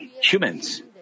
humans